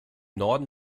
norden